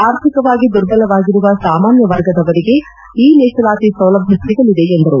ಆರ್ಥಿಕವಾಗಿ ದುರ್ಬಲವಾಗಿರುವ ಸಾಮಾನ್ಯ ವರ್ಗದವರಿಗೆ ಈ ಮೀಸಲಾತಿ ಸೌಲಭ್ಯ ಸಿಗಲಿದೆ ಎಂದರು